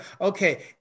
okay